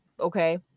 Okay